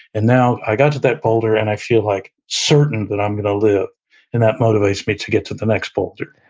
and now i got to that boulder, and i feel like certain that i'm gonna live and that motivates me to get to the next boulder.